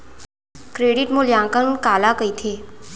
Credit मूल्यांकन काला कहिथे?